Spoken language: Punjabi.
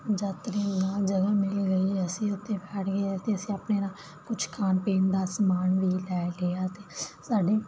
ਯਾਤਰੀ ਮਿਲ ਗਈ ਅਸੀਂ ਉੱਥੇ ਬੈਠ ਗਏ ਅਤੇ ਅਸੀਂ ਆਪਣੇ ਨਾਲ ਕੁਛ ਖਾਣ ਪੀਣ ਦਾ ਸਮਾਨ ਵੀ ਲੈ ਲਿਆ ਅਤੇ ਸਾਡੇ